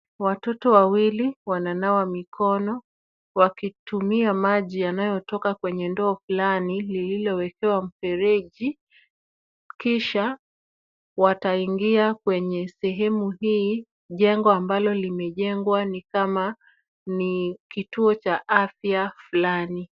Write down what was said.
Watoto wawili wananawa mikono wakitumia maji yanayotoka kwenye ndoo fulani lililowekewa mfereji kisha wataingia kwenye sehemu hii. Jengo ambalo limejengwa ni kama ni kituo cha afya fulani.